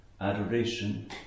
adoration